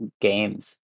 games